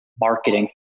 marketing